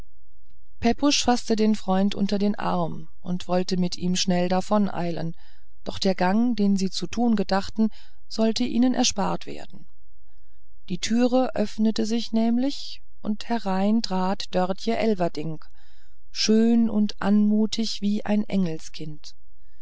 pepusch faßte den freund unter den arm und wollte mit ihm schnell davoneilen doch der gang den sie zu tun gedachten sollte ihnen erspart werden die türe öffnete sich nämlich und herein trat dörtje elverdink schön und anmutig wie ein engelskind